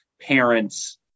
parents